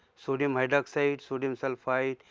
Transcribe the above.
sodium hydroxide, sodium sulphide,